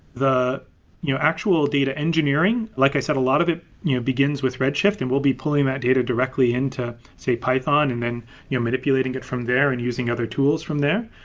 the you know actual data engineering like i said, a lot it you know begins with redshift, and we'll be pulling that data directly into, say, python and then you know manipulating it from there and using other tools from there,